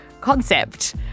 concept